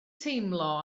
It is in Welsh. teimlo